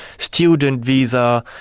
student visa,